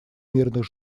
мирных